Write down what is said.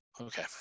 Okay